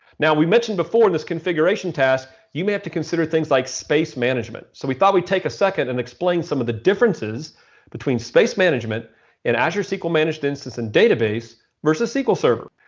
now, we mentioned before in this configuration task, you may have to consider things like space management. so we thought we'd take a second and explain some of the differences between space management in azure sql managed instance and database versus sql server.